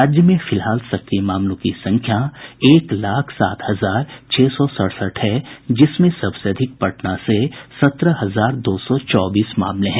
राज्य में फिलहाल सक्रिय मामलों की संख्या एक लाख सात हजार छह सौ सड़सठ है जिसमें सबसे अधिक पटना से सत्रह हजार दो सौ चौबीस मामले हैं